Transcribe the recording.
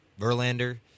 Verlander